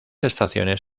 estaciones